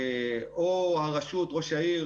או ראש העיר